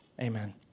Amen